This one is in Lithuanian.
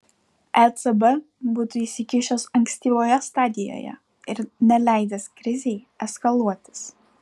ecb būtų įsikišęs ankstyvoje stadijoje ir neleidęs krizei eskaluotis